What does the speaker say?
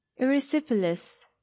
erysipelas